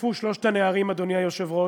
נחטפו שלושת הנערים, אדוני היושב-ראש,